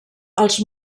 els